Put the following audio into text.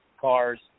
cars